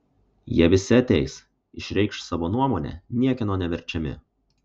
jie visi ateis išreikš savo nuomonę niekieno neverčiami